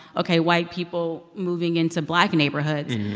ok, white people moving into black neighborhoods.